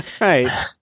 Right